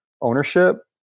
ownership